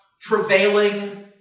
travailing